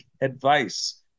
advice